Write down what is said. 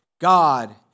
God